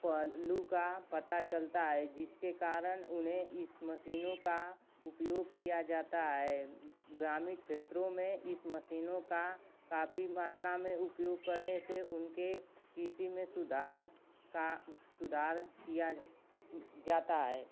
पहलू का पता चलता है जिसके कारण उन्हें इन मशीनों का उपयोग किया जाता है ग्रामीण क्षेत्रों में इन मशीनों का काफ़ी मात्रा में उपयोग करने से उनके कृषि में सुधार का सुधार किया जाता है